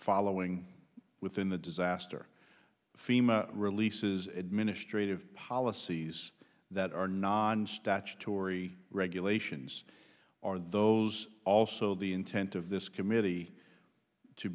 following within the disaster fema releases administrative policies that are non statutory regulations or those also the intent of this committee to